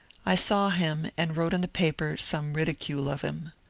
i saw him and wrote in the paper some ridicule of him.